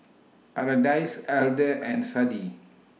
Ardyce Elder and Sadie